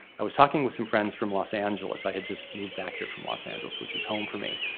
i was talking with some friends from los angeles. i had just moved back here from los angeles which is home for me.